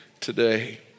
today